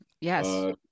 yes